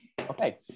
Okay